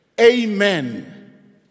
Amen